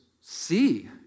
see